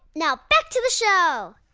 now back to the show